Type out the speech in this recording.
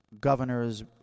Governors